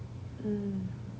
mm